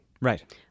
Right